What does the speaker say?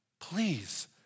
Please